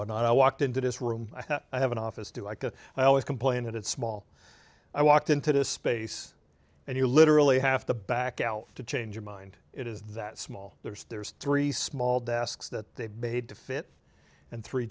what not i walked into this room i have an office do i can i always complain that it's small i walked into this space and you literally have to back out to change your mind it is that small there's there's three small desks that they've made to fit and three